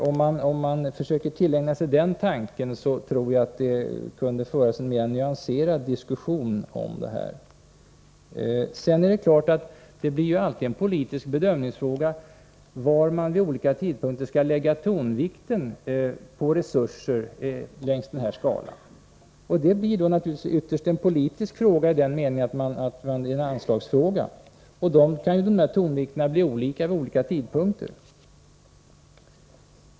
Om man försöker tillägna sig den tanken tror jag det skulle kunna föras en mera nyanserad diskussion om detta. 43 Sedan blir det naturligtvis en politisk bedömningsfråga var längs den här skalan man vid olika tidpunkter skall lägga tonvikten när det gäller resursfördelningen. Ytterst blir det en politisk fråga i den meningen att det är en anslagsfråga. Var man lägger tonvikten kan variera vid olika tidpunkter.